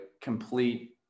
complete